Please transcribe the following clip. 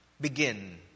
begin